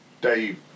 Dave